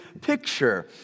picture